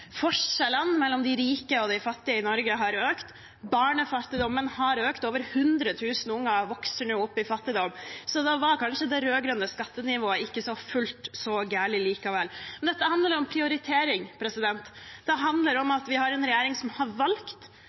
forskjellene mellom rike og fattige i Norge har økt, barnefattigdommen har økt – over 100 000 barn vokser nå opp i fattigdom. Da var kanskje det rød-grønne skattenivået ikke fullt så galt likevel. Dette handler om prioritering. Det handler om at vi har en regjering som har valgt